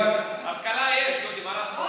השכלה יש, דודי, מה לעשות?